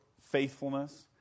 faithfulness